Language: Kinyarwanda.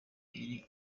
yise